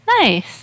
Nice